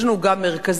יש לנו גם מרכזים,